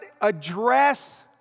address